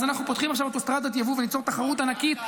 אז אנחנו פותחים עכשיו אוטוסטרדת יבוא כדי ליצור תחרות ענקית.